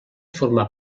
formà